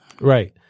right